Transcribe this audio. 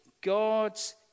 God's